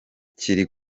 kiri